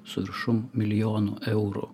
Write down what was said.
su viršum milijonų eurų